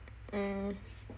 mm